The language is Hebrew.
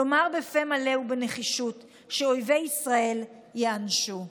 לומר בפה מלא ובנחישות שאויבי ישראל ייענשו.